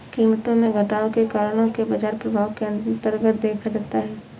कीमतों में घटाव के कारणों को बाजार प्रभाव के अन्तर्गत देखा जाता है